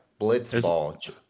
Blitzball